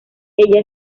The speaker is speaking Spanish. ella